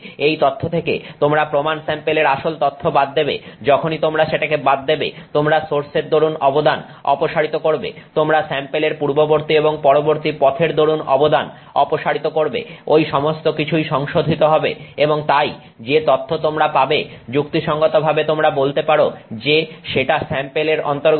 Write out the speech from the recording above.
এই তথ্য থেকে তোমরা প্রমাণ স্যাম্পেলের আসল তথ্য বাদ দেবে যখনই তোমরা সেটাকে বাদ দেবে তোমরা সোর্সের দরুণ অবদান অপসারিত করবে তোমরা স্যাম্পেলের পূর্ববর্তী এবং পরবর্তী পথের দরুণ অবদান অপসারিত করবে ঐ সমস্তকিছুই সংশোধিত হবে এবং তাই যে তথ্য তোমরা পাবে যুক্তিসঙ্গতভাবে তোমরা বলতে পারো যে সেটা স্যাম্পেলের অন্তর্গত